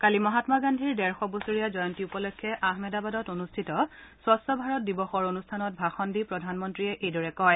কালি মহাম্মা গান্ধীৰ ডেৰশ বছৰীয়া জয়ন্তী উপলক্ষে আহমেদাবাদত অনুষ্ঠিত স্বছ্ ভাৰত দিৱসৰ অনুষ্ঠানত ভাষণ দি প্ৰধানমন্ৰীয়ে এইদৰে কয়